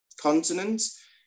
continents